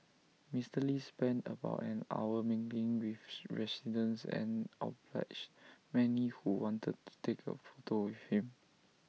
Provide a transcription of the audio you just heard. Mister lee spent about an hour mingling with residents and obliged many who wanted take of photograph with him